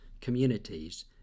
communities